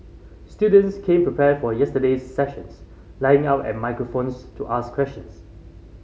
students came prepared for yesterday's sessions lining up at microphones to ask questions